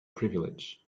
privilege